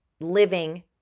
living